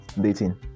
dating